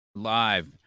live